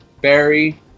Barry